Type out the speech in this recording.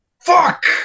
fuck